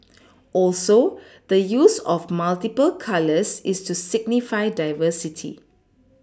also the use of multiple colours is to signify diversity